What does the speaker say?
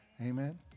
amen